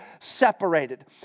separated